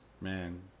Man